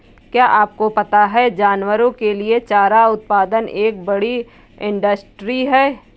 क्या आपको पता है जानवरों के लिए चारा उत्पादन एक बड़ी इंडस्ट्री है?